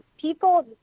people